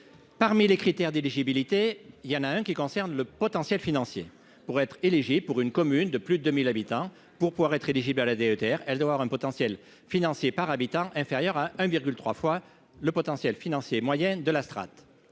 parmi les critères d'éligibilité, il y en a un qui concerne le potentiel financier pour être et léger pour une commune de plus de 1000 habitants, pour pouvoir être éligibles à la DETR, elle doit avoir un potentiel financier par habitant inférieur à 1 virgule 3 fois le potentiel financier moyenne de la strate